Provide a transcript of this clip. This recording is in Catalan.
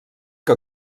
que